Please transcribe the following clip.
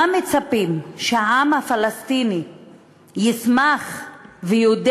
מה מצפים, שהעם הפלסטיני ישמח ויודה